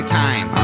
time